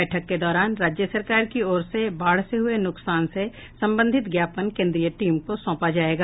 बैठक के दौरान राज्य सरकार की ओर से बाढ़ से हुए नुकसान से संबंधित ज्ञापन केन्द्रीय टीम को सौंपा जायेगा